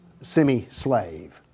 semi-slave